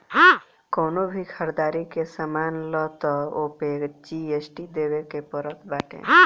कवनो भी घरदारी के सामान लअ तअ ओपे जी.एस.टी देवे के पड़त बाटे